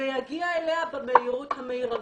ויגיע אליה במהירות המרבית.